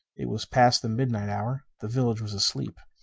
it was past the midnight hour the village was asleep.